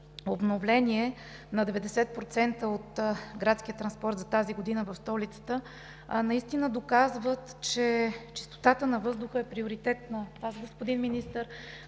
обновление на 90% от градския транспорт за тази година в столицата доказват, че чистотата на въздуха е приоритет за Вас, господин Министър,